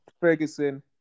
Ferguson